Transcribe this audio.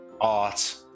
art